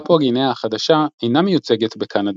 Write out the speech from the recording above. פפואה גינאה החדשה אינה מיוצגת בקנדה,